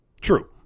True